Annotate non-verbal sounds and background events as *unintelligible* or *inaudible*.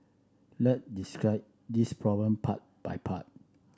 let's *unintelligible* this problem part by part